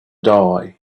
die